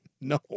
No